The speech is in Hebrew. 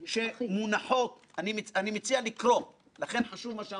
להביע צער גדול מאוד על כך שזאת התגובה של בנק ישראל,